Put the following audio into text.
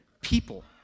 people